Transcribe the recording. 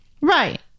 right